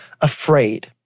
afraid